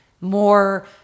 more